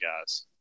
guys